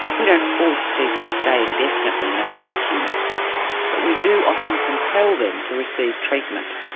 we don't force people to stay indefinitely in a psyche unit but we do often compel them to receive treatment.